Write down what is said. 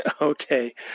Okay